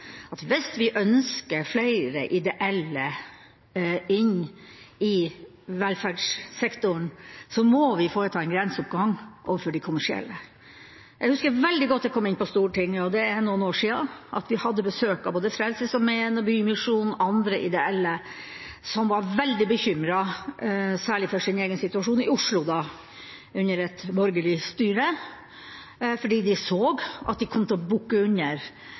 at hvis vi ønsker flere ideelle inn i velferdssektoren, må vi foreta en grenseoppgang overfor de kommersielle. Jeg husker veldig godt da jeg kom inn på Stortinget, og det er noen år siden, at vi hadde besøk av både Frelsesarmeen, Bymisjonen og andre ideelle som var veldig bekymret for sin egen situasjon under et borgerlig styre i Oslo, fordi de så at de kom til å bukke under